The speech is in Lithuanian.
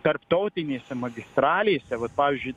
tarptautinėse magistralėse vat pavyzdžiui